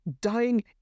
Dying